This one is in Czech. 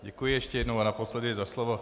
Děkuji ještě jednou a naposledy za slovo.